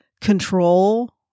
control